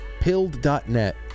Pilled.net